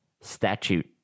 statute